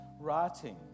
writing